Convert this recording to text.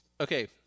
Okay